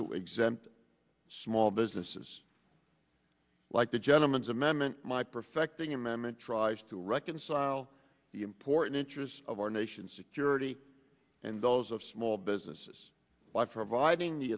to exempt small businesses like the gentleman's amendment my perfecting amendment tries to reconcile the important interests of our nation's security and those of small businesses by providing the